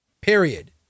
Period